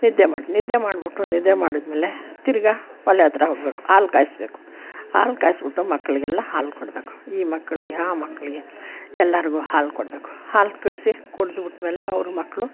ನಿದ್ದೆ ಮಾಡ್ತೀನಿ ನಿದ್ದೆ ಮಾಡಿಬಿಟ್ಟು ನಿದ್ದೆ ಮಾಡಿದ್ಮೇಲೆ ತಿರ್ಗಾ ಒಲೆ ಹತ್ರ ಹೋಗ್ಬೇಕು ಹಾಲು ಕಾಯಿಸ್ಬೇಕು ಹಾಲು ಕಾಯಿಸ್ಬಿಟ್ಟು ಮಕ್ಕಳಿಗೆಲ್ಲ ಹಾಲು ಕೊಡಬೇಕು ಈ ಮಕ್ಳಿಗೆ ಆ ಮಕ್ಳಿಗೆ ಎಲ್ಲರಿಗೂ ಹಾಲು ಕೊಡಬೇಕು ಹಾಲು ಕುಡಿಸಿ ಕುಡಿದು ಬಿಟ್ಟಮೇಲೆ ಅವರು ಮಕ್ಕಳು